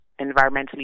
environmentally